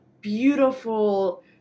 beautiful